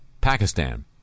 Pakistan